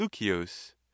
lucius